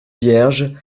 vierges